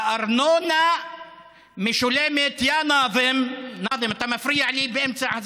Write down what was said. והארנונה משולמת, נאזם, אתה מפריע לי באמצע.